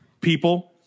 people